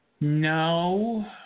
No